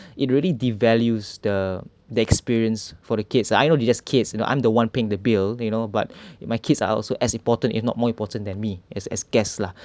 it really devalues the the experience for the kids I know they're just kids you know I'm the one paying the bill you know but my kids are also as important if not more important than me as as guest lah